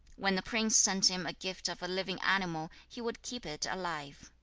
when the prince sent him a gift of a living animal, he would keep it alive.